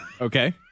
Okay